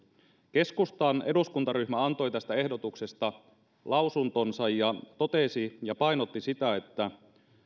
keskustan eduskuntaryhmä antoi tästä ehdotuksesta lausuntonsa ja totesi ja painotti sitä että